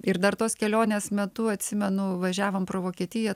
ir dar tos kelionės metu atsimenu važiavom pro vokietiją